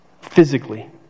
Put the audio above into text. physically